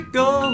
go